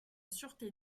sûreté